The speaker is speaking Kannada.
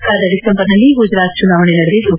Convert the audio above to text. ಕಳೆದ ಡಿಸೆಂಬರ್ನಲ್ಲಿ ಗುಜರಾತ್ ಚುನಾವಣೆ ನಡೆದಿದ್ದು